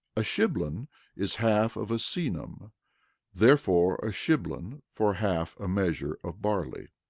a shiblon is half of a senum therefore, a shiblon for half a measure of barley.